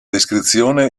descrizione